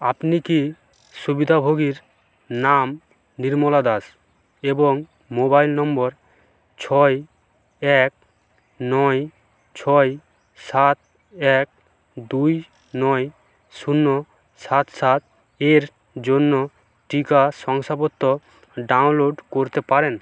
আপনি কি সুবিধাভোগীর নাম নির্মলা দাস এবং মোবাইল নম্বর ছয় এক নয় ছয় সাত এক দুই নয় শূন্য সাত সাত এর জন্য টিকা শংসাপত্র ডাউনলোড করতে পারেন